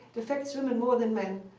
it affects women more than men,